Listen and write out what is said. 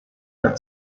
der